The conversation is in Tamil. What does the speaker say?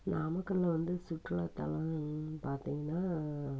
நாமக்கல்லில் வந்து சுற்றுலா தலம் என்னன்னு பார்த்திங்கன்னா